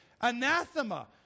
anathema